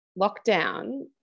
lockdown